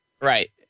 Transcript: Right